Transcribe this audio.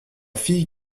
fille